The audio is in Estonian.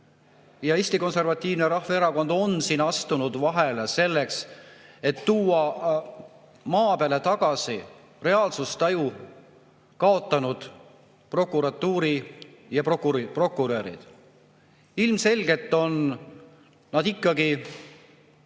Eesti Konservatiivne Rahvaerakond on siin astunud vahele selleks, et tuua maa peale tagasi reaalsustaju kaotanud prokuratuur ja prokurörid. Ilmselgelt on nad ikkagi